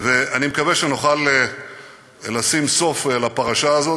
ואני מקווה שנוכל לשים סוף לפרשה הזאת.